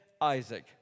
Isaac